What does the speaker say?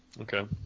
Okay